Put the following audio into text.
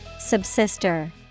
Subsister